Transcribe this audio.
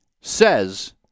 says